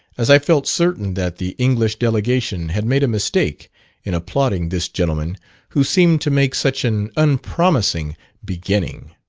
as i felt certain that the english delegation had made a mistake in applauding this gentleman who seemed to make such an unpromising beginning.